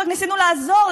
רק ניסינו לעזור,